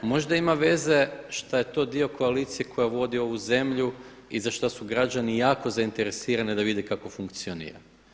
Možda ima veze šta je to dio koalicije koja vodi ovu zemlju i za što su građani jako zainteresirani da vide kako funkcionira.